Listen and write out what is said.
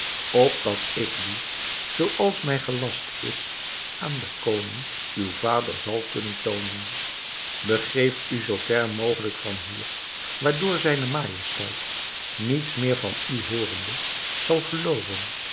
opdat ik die zooals mij gelast is aan den koning uw vader zal kunnen toonen begeeft u zoo ver mogelijk van hier waardoor zijne majesteit niets meer van u hoorende zal gelooven